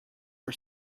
for